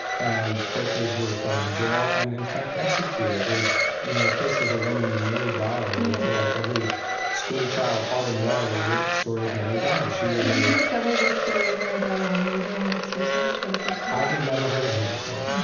and quakers were thrown in jail and in fact executed you know case of a woman named mary dyer, who i feel like every school child ought to know the story of mary dyer. she was a, did you discover this story of mary dyer when you were doing this research for the first time? i had never heard of her before